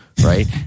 Right